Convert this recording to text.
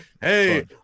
hey